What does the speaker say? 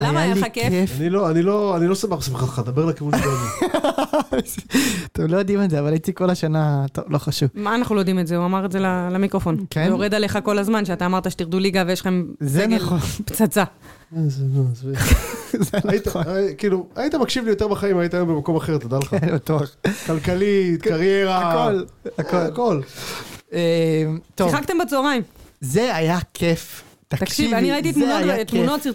למה היה לך כיף? אני לא, אני לא, אני לא סבבה בשמחתך, תדבר לכיוון השני. אתם לא יודעים את זה, אבל הייתי כל השנה, לא חשוב. מה אנחנו לא יודעים את זה? הוא אמר את זה למיקרופון. כן? זה יורד עליך כל הזמן, שאתה אמרת שתרדו ליגה ויש לכם... זה נכון. סגל פצצה. כאילו, היית מקשיב לי יותר בחיים, אם היית היום במקום אחר, תדע לך. כן, בטוח. כלכלית, קריירה, הכל. הכל הכל. אה... שיחקתם בצהריים. זה היה כיף. תקשיב, אני ראיתי תמונות, תמונות סרטונים.